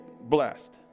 blessed